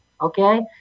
Okay